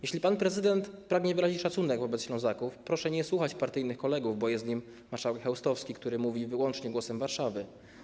Jeśli pan prezydent pragnie wyrazić szacunek wobec Ślązaków, proszę nie słuchać partyjnych kolegów jak marszałek Chełstowski, który mówi wyłącznie głosem Warszawy.